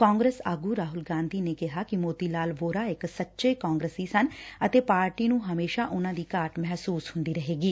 ਕਾਂਗਰਸ ਆਗੁ ਰਾਹੁਲ ਗਾਧੀ ਨੇ ਕਿਹਾ ਕਿ ਸੋਤੀ ਲਾਲ ਵੋਰਾ ਇਕ ਸੱਚੇ ਕਾਂਗਰਸੀ ਸਨ ਅਤੇ ਪਾਰਟੀ ਨੂੰ ਉਨੂਾ ਦੀ ਘਾਟ ਮਹਿਸੁਸ ਹੁੰਦੀ ਰਹੇਗੀ